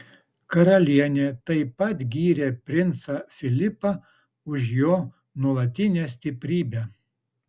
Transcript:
karalienė taip pat gyrė princą filipą už jo nuolatinę stiprybę